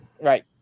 Right